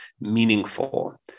meaningful